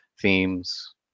themes